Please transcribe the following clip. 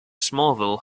smallville